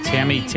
Tammy